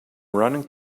running